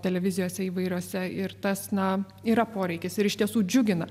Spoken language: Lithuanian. televizijose įvairiose ir tas na yra poreikis ir iš tiesų džiugina